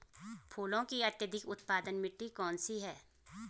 फूलों की अत्यधिक उत्पादन मिट्टी कौन सी है?